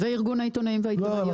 וארגון העיתונאים והעיתונאיות.